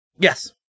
Yes